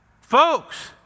Folks